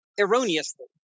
erroneously